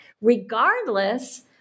regardless